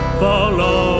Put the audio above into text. follow